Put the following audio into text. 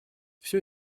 все